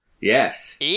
Yes